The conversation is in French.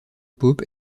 pope